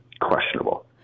questionable